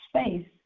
space